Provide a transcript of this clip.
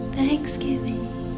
thanksgiving